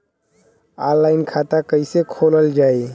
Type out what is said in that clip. Online खाता कईसे खोलल जाई?